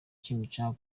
kimicanga